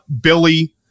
Billy